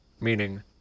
meaning